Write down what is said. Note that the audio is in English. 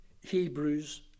Hebrews